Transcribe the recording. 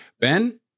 Ben